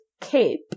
cape